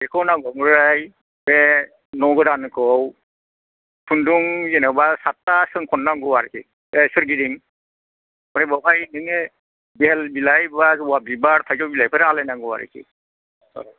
बेखौ नांगौ ओमफ्राय बे न' गोदानखौ खुन्दुं जेन'बा साथथा सोंखननांगौ आरोखि बे सोरगिदिं ओमफ्राय बेवहाय बिदिनो बेल बिलाइ बा जबा बिबार थायजौ बिलाइफोर आलायनांगौ आरोखि औ